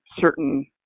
certain